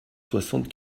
soixante